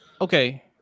okay